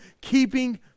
keeping